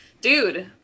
dude